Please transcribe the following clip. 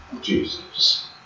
Jesus